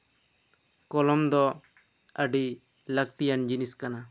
ᱠᱚᱞᱚᱢ ᱫᱚ ᱟᱹᱰᱤ ᱞᱟᱹᱠᱛᱤᱭᱟᱱ ᱡᱤᱱᱤᱥ ᱠᱟᱱᱟ